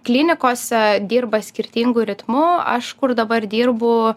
klinikose dirba skirtingu ritmu aš kur dabar dirbu